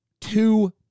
two